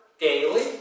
daily